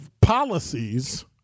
policies